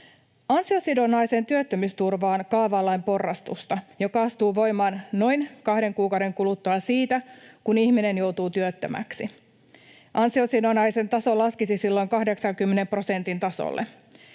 Ansiosidonnaiseen työttömyysturvaan kaavaillaan porrastusta, joka astuu voimaan noin kahden kuukauden kuluttua siitä, kun ihminen joutuu työttömäksi. Ansiosidonnaisen taso laskisi silloin 80 prosentin tasolle.